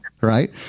Right